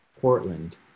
Portland